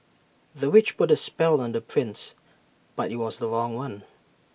the witch put A spell on the prince but IT was the wrong one